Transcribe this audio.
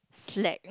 slack